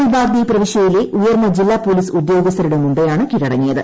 ഫുൾബാഗ്ദി പ്രവിശ്യയിലെ ഉയർന്ന ജില്ലാ പൊലീസ് ഉദ്യോഗസ്ഥരുടെ മുമ്പെയാണ് കീഴടങ്ങിയത്